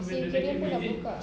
sea aquarium pun dah buka